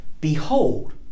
Behold